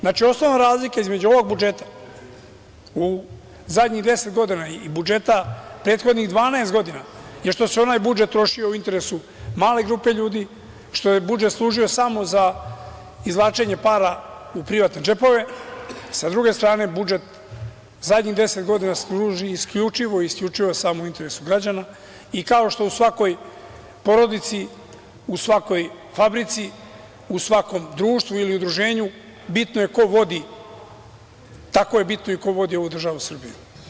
Znači, osnovna razlika između ovog budžeta u zadnjih deset godina i budžeta prethodnih 12 godina, je što se onaj budžet trošio u interesu male grupe ljudi, što je budžet služio samo za izvlačenje para u privatne džepove, sa druge strane budžet zadnjih deset godina služi isključivo samo u interesu građana i kao što u svakoj porodici i u svakoj fabrici, u svakom društvu ili udruženju bitno je ko vodi, tako je bitno i ko vodi ovu državu Srbiju.